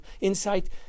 insight